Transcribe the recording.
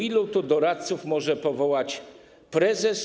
Ilu to doradców może powołać prezes?